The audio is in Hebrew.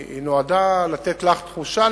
לתת לך תחושה,